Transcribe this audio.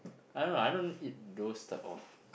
I don't know I don't eat those type of